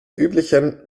üblichen